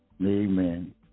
Amen